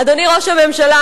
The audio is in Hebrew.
אדוני ראש הממשלה,